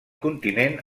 continent